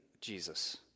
Jesus